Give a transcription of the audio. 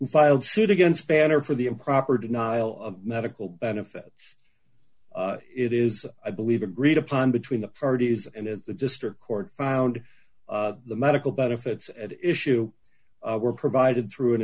filed suit against banner for the improper denial of medical benefits it is i believe agreed upon between the parties and at the district court found the medical benefits at issue were provided through an